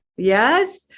Yes